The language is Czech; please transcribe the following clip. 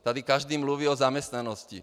Tady každý mluví o zaměstnanosti.